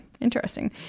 Interesting